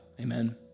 Amen